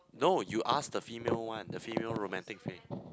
no you asked the female one the female romantic